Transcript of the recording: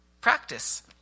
practice